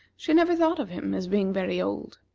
she never thought of him as being very old.